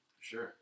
Sure